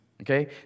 Okay